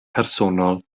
personol